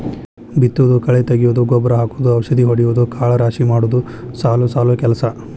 ಬಿತ್ತುದು ಕಳೆ ತಗಿಯುದು ಗೊಬ್ಬರಾ ಹಾಕುದು ಔಷದಿ ಹೊಡಿಯುದು ಕಾಳ ರಾಶಿ ಮಾಡುದು ಸಾಲು ಸಾಲು ಕೆಲಸಾ